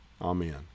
Amen